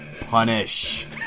punish